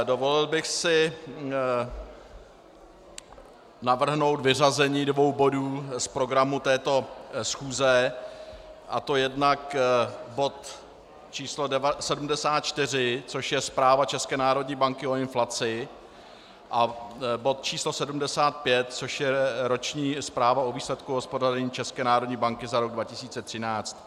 Dovolil bych si navrhnout vyřazení dvou bodů z programu této schůze, a to jednak bod číslo 74, což je Zpráva České národní banky o inflaci, a bod číslo 75, což je Roční zpráva o výsledku hospodaření České národní banky za rok 2013.